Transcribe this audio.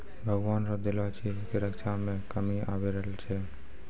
भगवान रो देलो चीज के रक्षा मे कमी आबी रहलो छै